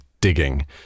digging